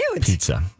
Pizza